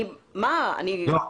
אני לא מבינה.